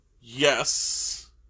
Yes